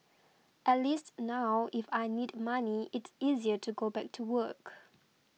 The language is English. at least now if I need money it's easier to go back to work